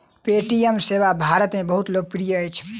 Paytm सेवा भारत में बहुत लोकप्रिय अछि